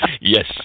Yes